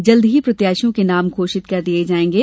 जल्द ही प्रत्याशियों के नाम घोषित कर दिये जायेंगे